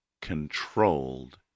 controlled